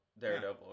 Daredevil